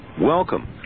welcome